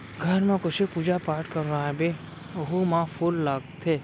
घर म कुछु पूजा पाठ करवाबे ओहू म फूल लागथे